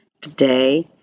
today